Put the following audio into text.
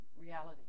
reality